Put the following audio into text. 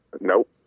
Nope